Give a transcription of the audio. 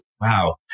wow